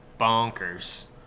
bonkers